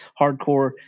hardcore